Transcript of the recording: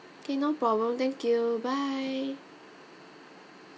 K no problem thank you bye